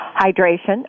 hydration